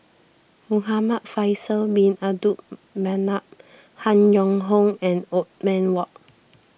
Muhamad Faisal Bin Abdul Manap Han Yong Hong and Othman Wok